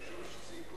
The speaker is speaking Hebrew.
אין שום סיכוי